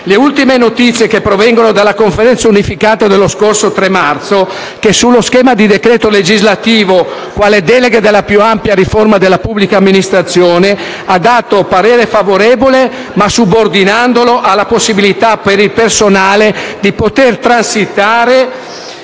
Le ultime notizie che provengono dalla Conferenza unificata dello scorso 3 marzo - che sullo schema di decreto legislativo, quale delega della più ampia riforma della pubblica amministrazione, ha dato parere favorevole, ma subordinato alla possibilità per il personale di poter transitare